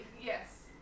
Yes